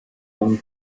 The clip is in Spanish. con